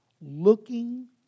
Looking